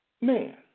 Man